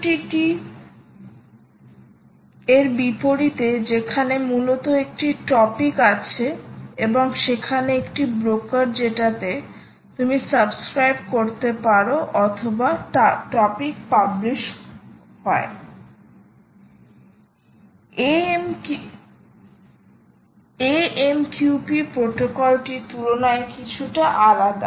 MQTT এর বিপরীতে যেখানে মূলত একটি টপিক আছে এবং সেখানে একটি ব্রোকার যেটাতে তুমি সাবস্ক্রাইব করতে পারো অথবা টপিক পাবলিশ হয় AMQP প্রটোকলটি তুলনায় কিছুটা আলাদা